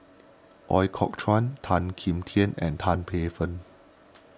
Ooi Kok Chuen Tan Kim Tian and Tan Paey Fern